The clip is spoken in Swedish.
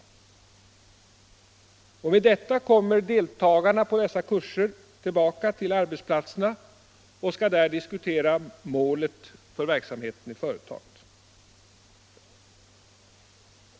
Med detta material kommer deltagarna på dessa kurser tillbaka till arbetsplatserna och skall där diskutera målen för verksamheten i företaget.